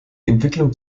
entwicklung